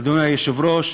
אדוני היושב-ראש,